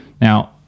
Now